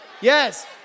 Yes